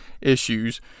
issues